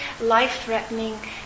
life-threatening